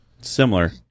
Similar